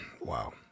Wow